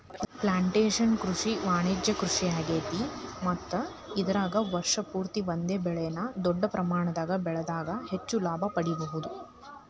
plantation ಕೃಷಿ ವಾಣಿಜ್ಯ ಕೃಷಿಯಾಗೇತಿ ಮತ್ತ ಇದರಾಗ ವರ್ಷ ಪೂರ್ತಿ ಒಂದೇ ಬೆಳೆನ ದೊಡ್ಡ ಪ್ರಮಾಣದಾಗ ಬೆಳದಾಗ ಹೆಚ್ಚ ಲಾಭ ಪಡಿಬಹುದ